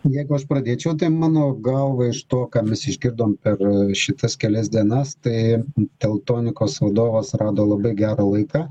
jeigu aš pradėčiau tai mano galva iš to ką mes išgirdom per šitas kelias dienas tai teltonikos valdovas rado labai gerą laiką